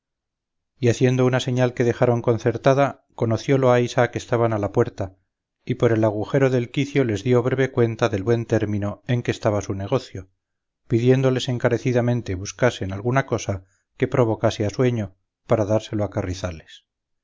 y haciendo una señal que dejaron concertada conoció loaysa que estaban a la puerta y por el agujero del quicio les dio breve cuenta del buen término en que estaba su negocio pidiéndoles encarecidamente buscasen alguna cosa que provocase a sueño para dárselo a carrizales